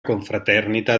confraternita